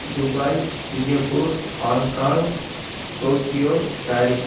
Dubai Singapore Hong Kong Tokyo Paris